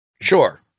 sure